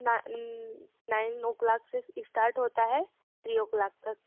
nine nine o'clock से start होता है थ्री ओ क्लाॅक तक